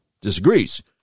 disagrees